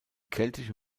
keltische